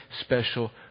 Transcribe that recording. special